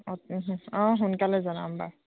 অঁ অঁ সোনকালে জনাম বাৰু